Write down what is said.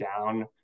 down